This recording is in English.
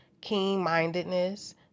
keen-mindedness